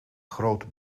groot